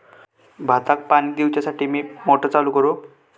भाताक पाणी दिवच्यासाठी मी मोटर चालू करू?